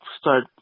start